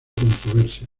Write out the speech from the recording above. controversia